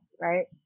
Right